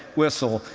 whistle,